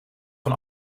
van